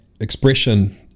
expression